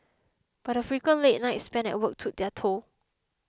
but the frequent late nights spent at work took their toll